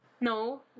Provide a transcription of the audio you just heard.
No